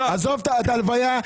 עזוב את ההלוויה,